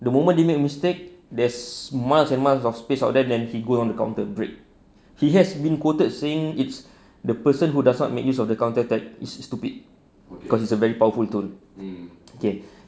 the moment they make mistake there's miles and miles of space out there then he go on the counter break he has been quoted saying it's the person who does not make use of the counter attack is stupid cause it's a very powerful tool okay